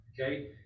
Okay